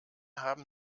haben